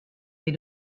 wie